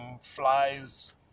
flies